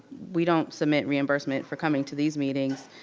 we don't submit reimbursement for coming to these meetings.